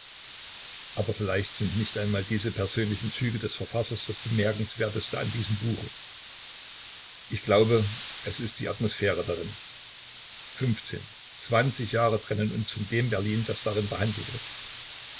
aber vielleicht sind nicht einmal diese persönlichen züge des verfassers das bemerkenswerteste an diesem buche ich glaube es ist die atmosphäre darin fünfzehn zwanzig jahre trennen uns von dem berlin das darin behandelt wird